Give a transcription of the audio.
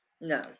No